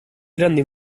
grande